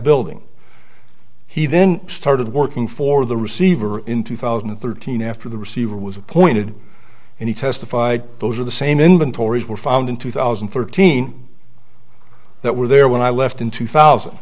building he then started working for the receiver in two thousand and thirteen after the receiver was appointed and he testified those are the same inventories were found in two thousand and thirteen that were there when i left in two thousand